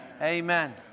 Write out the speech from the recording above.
Amen